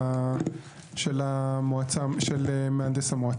את הערותיו לבקשה למהנדס הוועדה או למתכנן המחוז,